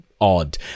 odd